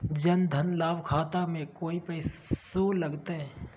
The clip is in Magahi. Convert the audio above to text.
जन धन लाभ खाता में कोइ पैसों लगते?